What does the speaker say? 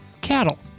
cattle